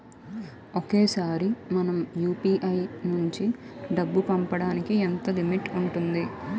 ఒకేసారి మనం యు.పి.ఐ నుంచి డబ్బు పంపడానికి ఎంత లిమిట్ ఉంటుంది?